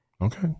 Okay